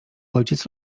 ojciec